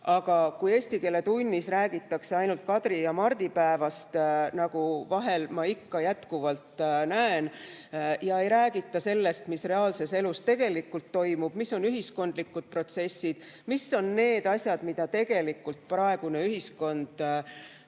aga kui eesti keele tunnis räägitakse ainult kadri‑ ja mardipäevast, nagu ma vahel ikka jätkuvalt näen, ja ei räägita sellest, mis reaalses elus tegelikult toimub, mis on ühiskondlikud protsessid, mis on need asjad, mida tegelikult praegune ühiskond enda